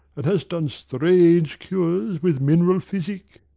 and has done strange cures with mineral physic.